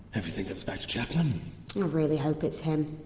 everything comes back to chapman really hope it's him.